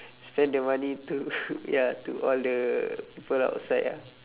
spend the money to ya to all the people outside ah